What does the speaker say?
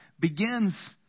begins